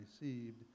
received